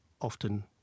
often